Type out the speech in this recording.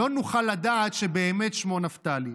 לא נוכל לדעת שבאמת שמו נפתלי.